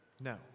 no